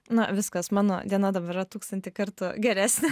na viskas mano diena dabar yra tūkstantį kartų geresnė